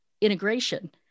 integration